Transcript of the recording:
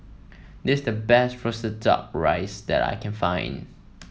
this is the best roasted duck rice that I can find